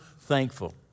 thankful